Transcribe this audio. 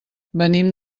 venim